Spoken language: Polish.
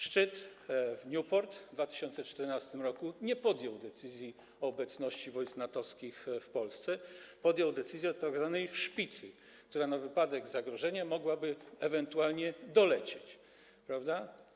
Szczyt w Newport w 2014 r. nie podjął decyzji o obecności wojsk NATO-wskich w Polsce, podjął decyzję o tzw. szpicy, która na wypadek zagrożenia mogłaby ewentualnie dolecieć, prawda?